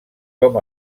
com